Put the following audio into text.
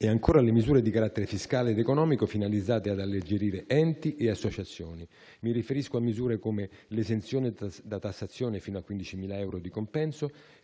Penso, ancora, alle misure di carattere fiscale ed economico finalizzate ad alleggerire enti e associazioni. Mi riferisco a misure come l'esenzione da tassazione fino a 15.000 euro di compenso;